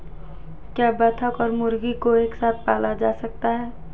क्या बत्तख और मुर्गी को एक साथ पाला जा सकता है?